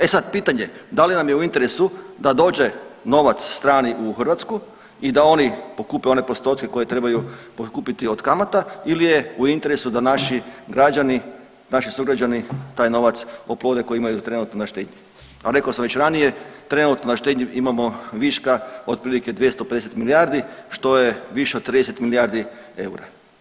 E sad, pitanje, da li nam je u interesu da dođe novac strani u Hrvatsku i da oni pokupe one postotke koje trebaju pokupiti od kamata ili je u interesu da naši građani, naši sugrađani taj novac ... koji imaju trenutno na štednji, a rekao sam već ranije, trenutno na štednji imamo viška otprilike 250 milijardi, što je više od 30 milijardi eura.